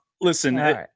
listen